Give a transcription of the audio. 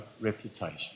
reputation